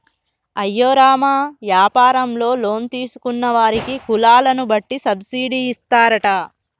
అయ్యో రామ యాపారంలో లోన్ తీసుకున్న వారికి కులాలను వట్టి సబ్బిడి ఇస్తారట